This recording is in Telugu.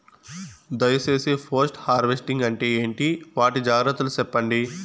దయ సేసి పోస్ట్ హార్వెస్టింగ్ అంటే ఏంటి? వాటి జాగ్రత్తలు సెప్పండి?